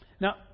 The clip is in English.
Now